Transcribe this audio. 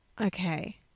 Okay